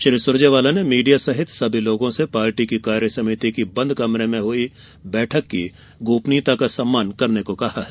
श्री सुरजेवाला ने मीडिया सहित सभी लोगों से पार्टी की कार्यसमिति की बन्द कमरे में हुई बैठक की गोपनीयता का सम्मान करने को कहा है